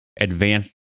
advanced